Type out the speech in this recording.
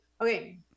Okay